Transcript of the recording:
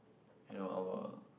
you know our